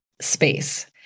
space